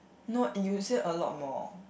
no and you say a lot more